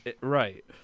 Right